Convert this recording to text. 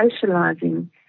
socializing